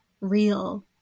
real